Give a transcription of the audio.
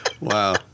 Wow